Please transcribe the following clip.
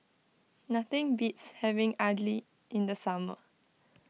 nothing beats having Idly in the summer